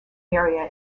area